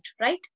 right